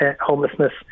homelessness